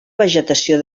vegetació